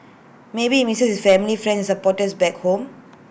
maybe he misses his family friends supporters back home